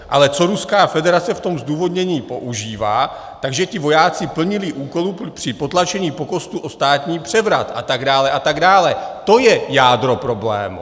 Ale co Ruská federace v tom zdůvodnění používá, že ti vojáci plnili úkoly při potlačení pokusu o státní převrat, a tak dále, a tak dále, to je jádro problému.